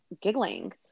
giggling